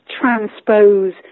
transpose